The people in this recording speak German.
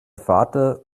vater